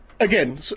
again